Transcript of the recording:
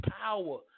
power